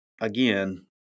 again